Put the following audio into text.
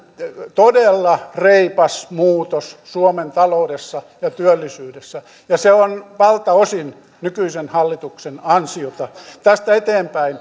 todella reipas muutos suomen taloudessa ja työllisyydessä ja se on valtaosin nykyisen hallituksen ansiota tästä eteenpäin